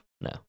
No